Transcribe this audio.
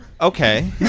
Okay